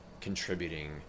Contributing